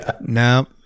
No